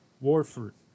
Warford